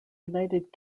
united